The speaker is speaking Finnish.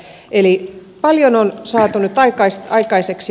eli paljon on saatu nyt aikaiseksi